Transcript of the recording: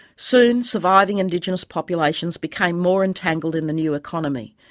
soon, surviving indigenous populations became more entangled in the new economy,